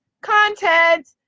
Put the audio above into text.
Content